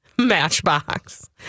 Matchbox